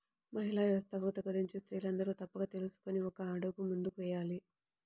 మహిళా వ్యవస్థాపకత గురించి స్త్రీలందరూ తప్పక తెలుసుకొని ఒక అడుగు ముందుకు వేయాలి